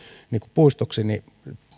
puistoksi